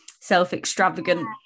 self-extravagant